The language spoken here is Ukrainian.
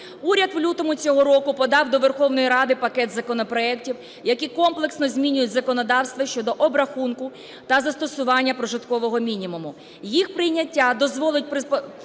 Уряд в лютому цього року подав до Верховної Ради пакет законопроектів, які комплексно змінюють законодавство щодо обрахунку та застосування прожиткового мінімуму.